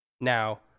Now